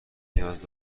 نیاز